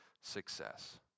success